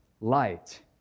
light